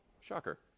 Shocker